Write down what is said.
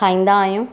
खाईंदा आहियूं